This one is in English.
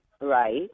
Right